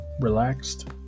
relaxed